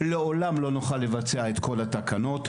לעולם לא נוכל לבצע את כל התקנות.